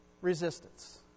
resistance